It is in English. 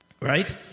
right